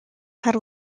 had